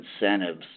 incentives